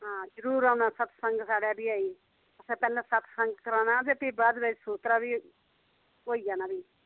आं जरूर औना साढ़े सत्संग बी ऐ ई आक्खदे पैह्लें सत्संग कराना ते बाद च फ्ही सूत्तरा बी होई जाना फ्ही